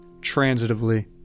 transitively